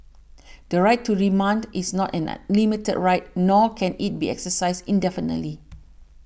the right to remand is not an unlimited right nor can it be exercised indefinitely